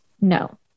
no